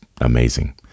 amazing